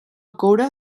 coure